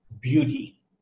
beauty